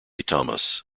thomas